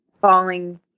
falling